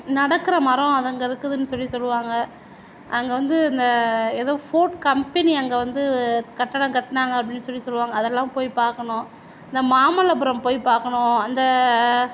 நடக்கிற மரம் அது அங்கே இருக்குதுன்னு சொல்லி சொல்வாங்க அங்கே வந்து இந்த ஏதோ போன் கம்பெனி அங்கே வந்து கட்டடம் கட்டினாங்க அப்படின்னு சொல்லி சொல்வாங்க அதெல்லாம் போய் பார்க்கணும் இந்த மாமல்லபுரம் போய் பார்க்கணும் அந்த